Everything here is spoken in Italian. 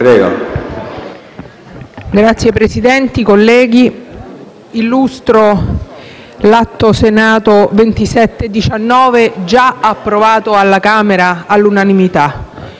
Signor Presidente, colleghi, illustro l'Atto Senato 2719 già approvato alla Camera all'unanimità.